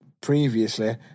previously